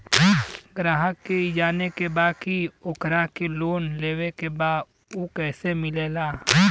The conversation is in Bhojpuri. ग्राहक के ई जाने के बा की ओकरा के लोन लेवे के बा ऊ कैसे मिलेला?